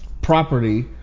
property